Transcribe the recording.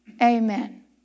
Amen